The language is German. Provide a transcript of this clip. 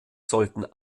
sollten